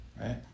Right